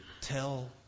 tell